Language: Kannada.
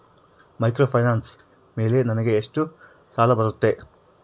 ಮೈಕ್ರೋಫೈನಾನ್ಸ್ ಮೇಲೆ ನನಗೆ ಎಷ್ಟು ಸಾಲ ಬರುತ್ತೆ?